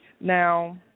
Now